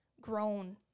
grown